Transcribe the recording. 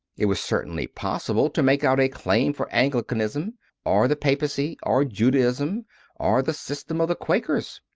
it was certainly possible to make out a claim for anglicanism or the papacy or judaism or the system of the quakers.